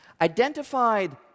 identified